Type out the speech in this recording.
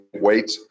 Wait